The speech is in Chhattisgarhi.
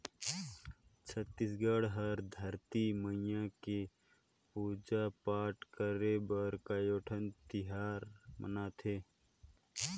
छत्तीसगढ़ हर धरती मईया के पूजा पाठ करे बर कयोठन तिहार मनाथे